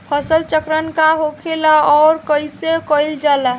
फसल चक्रण का होखेला और कईसे कईल जाला?